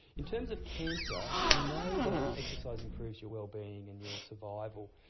in terms of cancer, we know that exercise improves your well-being and your survival,